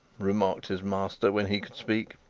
remarked his master when he could speak.